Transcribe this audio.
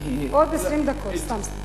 עוד 20 דקות, סתם.